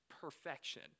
perfection